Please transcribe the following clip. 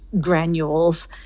granules